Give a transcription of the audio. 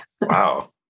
Wow